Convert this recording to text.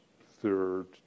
third